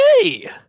hey